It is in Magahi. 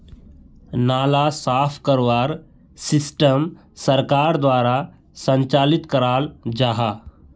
नाला साफ करवार सिस्टम सरकार द्वारा संचालित कराल जहा?